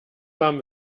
warm